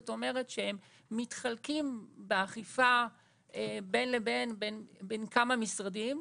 זאת אומרת שהם מתחלקים באכיפה בין כמה משרדים,